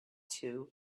two